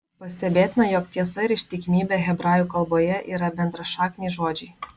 pastebėtina jog tiesa ir ištikimybė hebrajų kalboje yra bendrašakniai žodžiai